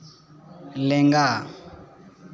ᱞᱮᱸᱜᱟ